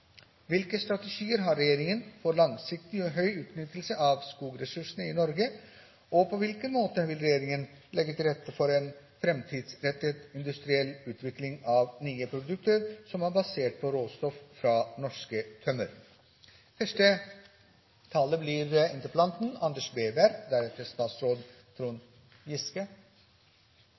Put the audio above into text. Hvilke strategier har regjeringen for langsiktig og høy utnyttelse av skogressursene i Norge, og på hvilken måte vil regjeringen legge til rette for en framtidsrettet, industriell utvikling av nye produkter som er basert på råstoff fra norsk tømmer? Interpellanten